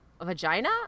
vagina